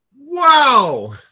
Wow